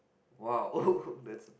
!wow! that's